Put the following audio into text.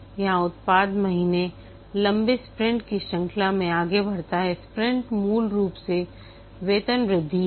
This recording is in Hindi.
यहां उत्पाद महीने लंबे स्प्रिंट की श्रृंखला में आगे बढ़ता है स्प्रिंट मूल रूप से वेतन वृद्धि हैं